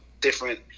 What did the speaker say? different